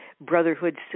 brotherhood